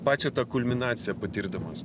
pačią tą kulminaciją patirdamas